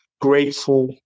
grateful